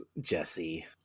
Jesse